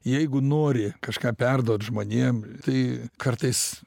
jeigu nori kažką perduot žmonėm tai kartais